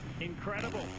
incredible